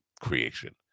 creation